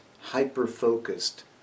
hyper-focused